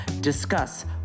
discuss